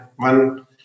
One